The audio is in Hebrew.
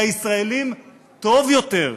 לישראלים טוב יותר.